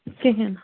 کِہیٖنۍ نہٕ